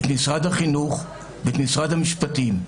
את משרד החינוך ואת משרד המשפטים.